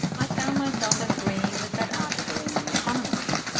i found myself agreeing with that article in the economist.